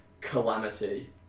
calamity